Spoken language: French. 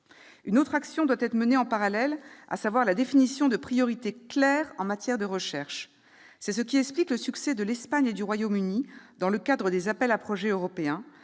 Une autre action doit être menée en parallèle : la définition de priorités claires en matière de recherche. C'est ce qui explique le succès de l'Espagne et du Royaume-Uni dans le cadre des appels à projets européens